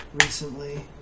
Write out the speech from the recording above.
recently